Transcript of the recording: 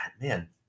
man